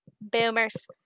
Boomers